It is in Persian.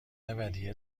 ودیعه